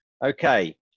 Okay